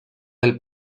del